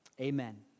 Amen